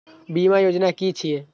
बीमा योजना कि छिऐ?